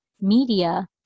media